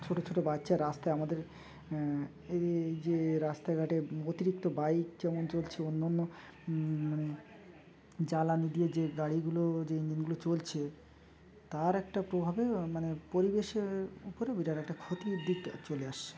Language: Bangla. ছোটো ছোটো বাচ্চা রাস্তায় আমাদের এই এই যে রাস্তাঘাটে অতিরিক্ত বাইক যেমন চলছে অন্য মানে জ্বালানি দিয়ে যে গাড়িগুলো যে ইঞ্জিনগুলো চলছে তার একটা প্রভাবে মানে পরিবেশের উপরে বিরাট একটা ক্ষতির দিক চলে আসছে